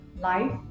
life